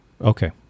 Okay